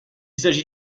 s’agit